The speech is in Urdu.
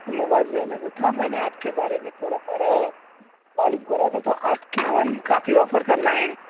موبائل لینے کو تھا میں نے آپ کے بارے میں تھوڑا پڑھا ہے معلوم کیا تھا تو آپ کے وہاں کافی آفر چل رہے ہیں